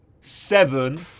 Seven